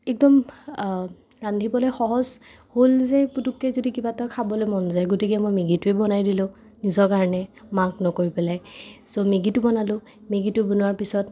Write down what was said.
একদম ৰান্ধিবলৈ সহজ হ'ল যে পুতুককৈ যদি কিবা এটা পুতুককৈ খাবলৈ মন যায় গতিকে মই মেগিটোৱে বনাই দিলো নিজৰ কাৰণে মাক নকৈ পেলাই চ' মেগিতো বনালোঁ মেগিটো বনোৱাৰ পিছত